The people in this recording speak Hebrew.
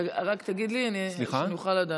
רק תגיד לי, שאוכל לדעת.